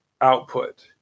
output